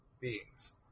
beings